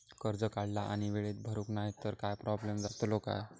कर्ज काढला आणि वेळेत भरुक नाय तर काय प्रोब्लेम जातलो काय?